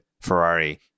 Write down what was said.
Ferrari